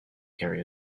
carry